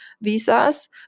visas